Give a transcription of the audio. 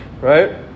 right